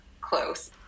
close